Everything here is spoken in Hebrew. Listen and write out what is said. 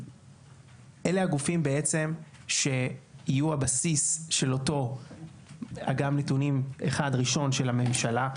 אלה הגופים שיהיו הבסיס של אותו אגם נתונים אחד ראשון של הממשלה,